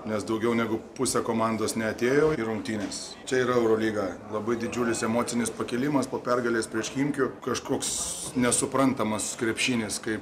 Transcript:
nes daugiau negu pusę komandos neatėjo į rungtynes čia yra eurolyga labai didžiulis emocinis pakilimas po pergalės prieš chimki kažkoks nesuprantamas krepšinis kai